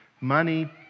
money